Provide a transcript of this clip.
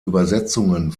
übersetzungen